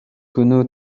күнү